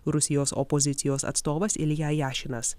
rusijos opozicijos atstovas ilja jašinas